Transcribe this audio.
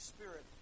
Spirit